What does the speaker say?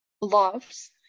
loves